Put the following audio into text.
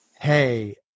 Hey